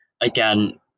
Again